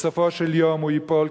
בסופו של יום הוא ייפול,